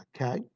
okay